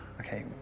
Okay